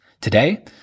Today